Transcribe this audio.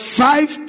five